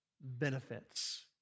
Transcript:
benefits